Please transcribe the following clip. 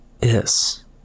Yes